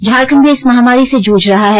झारखंड भी इस महामारी से जूझ रहा है